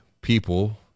people